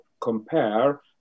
compare